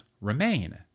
remain